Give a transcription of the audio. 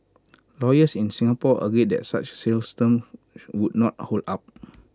lawyers in Singapore agree that such sales terms would not hold up